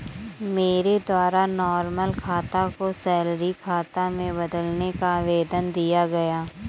मेरे द्वारा नॉर्मल खाता को सैलरी खाता में बदलने का आवेदन दिया गया